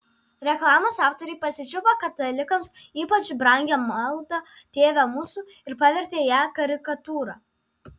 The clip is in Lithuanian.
reklamos autoriai pasičiupo katalikams ypač brangią maldą tėve mūsų ir pavertė ją karikatūra